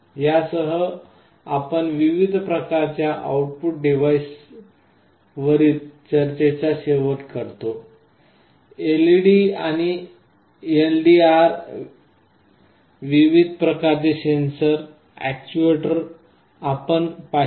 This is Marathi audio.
यासह आपण विविध प्रकारच्या आउटपुट डिव्हाइसवरील चर्चेचा शेवट करतो LEDs आणि LDRs विविध प्रकारचे सेन्सर आणि अॅक्ट्युएटर आपण पाहिले